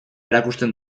erakusten